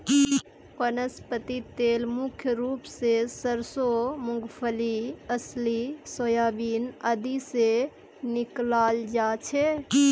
वनस्पति तेल मुख्य रूप स सरसों मूंगफली अलसी सोयाबीन आदि से निकालाल जा छे